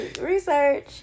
research